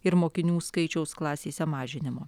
ir mokinių skaičiaus klasėse mažinimo